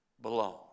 belong